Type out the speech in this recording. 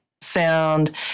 sound